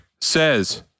says